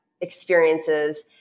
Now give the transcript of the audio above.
experiences